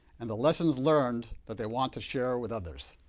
and the lessons learned that they want to share with others.